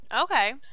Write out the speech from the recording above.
Okay